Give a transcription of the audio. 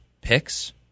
picks